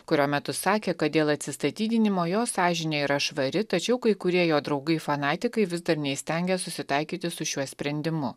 kurio metu sakė kad dėl atsistatydinimo jo sąžinė yra švari tačiau kai kurie jo draugai fanatikai vis dar neįstengia susitaikyti su šiuo sprendimu